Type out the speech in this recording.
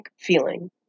feeling